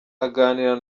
aganira